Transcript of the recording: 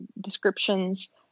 descriptions